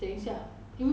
mm